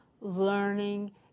learning